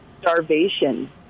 starvation